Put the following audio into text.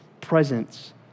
presence